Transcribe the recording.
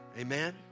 Amen